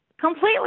completely